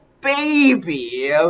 Baby